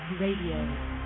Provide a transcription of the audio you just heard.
Radio